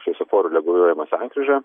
šviesoforu reguliuojama sankryža